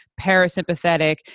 Parasympathetic